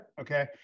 Okay